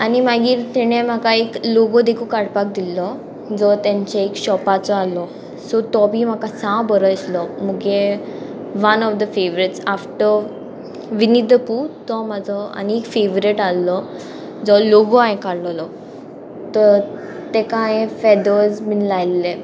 आनी मागीर तेणें म्हाका एक लोगो देखू काडपाक दिल्लो जो तेंचे एक शॉपाचो आहलो सो तो बी म्हाका सा बरो दिसलो मुगे one of the favourites after Vineet दू तो म्हाजो आनी फेवरेट आहलो जो लोगो हांयेन काडलोलो तेका हांये फेदर्स बीन लायल्ले